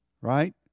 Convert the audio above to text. right